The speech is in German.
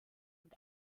und